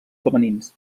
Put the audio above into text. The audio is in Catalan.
femenins